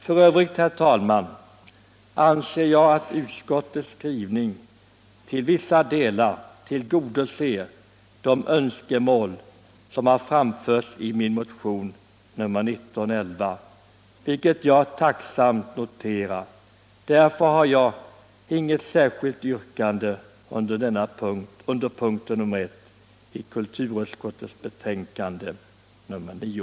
För övrigt, herr talman, anser jag att utskottets skrivning till vissa delar tillgodoser de önskemål som framförts i min motion nr 1911, vilket jag tacksamt noterar. Därför har jag inget särskilt yrkande under punkten 1 i kulturutskottets betänkande nr 9.